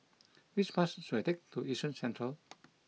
which bus should I take to Yishun Central